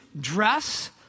dress